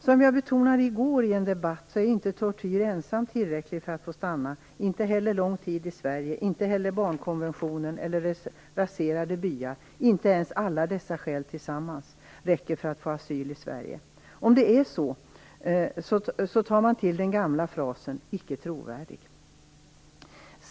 Som jag betonade i går i en debatt är inte tortyr ensamt tillräckligt för att man skall få stanna, och inte heller lång tid i Sverige, barnkonventionen eller raserade byar. Inte ens alla dessa skäl tillsammans räcker för att man skall få asyl i Sverige. Om det är så tas den gamla frasen "icke trovärdig" till.